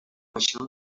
això